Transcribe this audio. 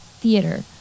theater